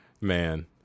Man